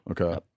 Okay